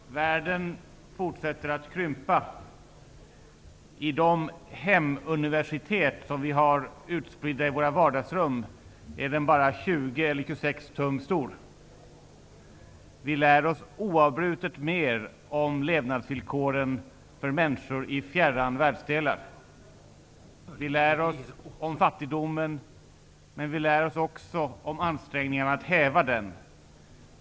Fru talman! Världen fortsätter att krympa. I de hemuniversitet som vi har utspridda i våra vardagsrum är den bara 20 eller 26 tum stor. Vi lär oss oavbrutet mer om levnadsvillkoren för människor i fjärran världsdelar. Vi lär oss om fattigdomen, men vi lär oss också om ansträngningarna att häva den.